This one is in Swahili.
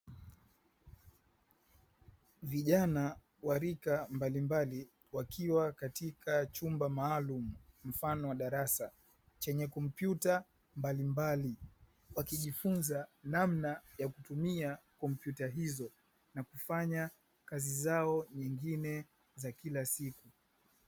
Vijana wa rika mbalimbali wakiwa katika chumba maalumu mfano wa darasa chenye kompyuta mbalimbali, wakijifunza namna ya kutumia kompyuta hizo na kufanya kazi zao nyingine za kilasiku.